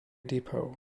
depot